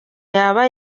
yaba